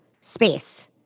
space